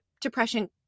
depression